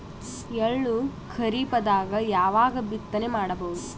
ಎಳ್ಳು ಖರೀಪದಾಗ ಯಾವಗ ಬಿತ್ತನೆ ಮಾಡಬಹುದು?